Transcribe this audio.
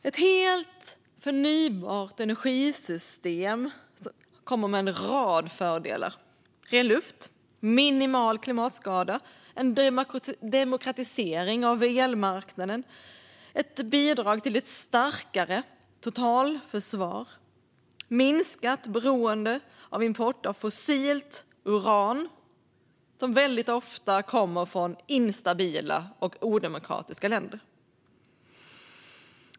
Ett helt förnybart energisystem kommer med en rad fördelar. Det är ren luft, minimal klimatskada, en demokratisering av elmarknaden, ett bidrag till ett starkare totalförsvar och ett minskat beroende av import av fossilt uran som väldigt ofta kommer från instabila och odemokratiska länder.